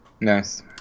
Nice